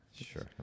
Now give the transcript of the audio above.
Sure